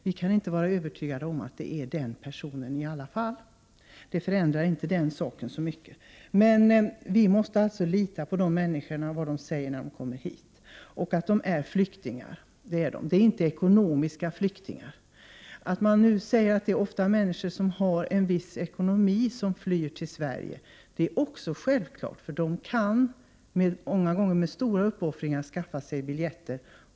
Vi kan inte vara övertygade om att det handlar om den person 13 som handlingarna uppger i alla fall. Det förändrar inte saken. Vi måste lita på dessa människor som kommit hit och som säger att de är flyktingar. Det är inte fråga om ekonomiska flyktingar. Att det ofta är människor som har bra ekonomi som flyr till Sverige är självklart, för de kan, många gånger med stora uppoffringar, skaffa sig biljett.